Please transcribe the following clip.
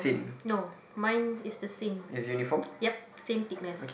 no mine is the same yup same thickness